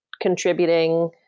contributing